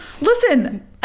Listen